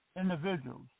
individuals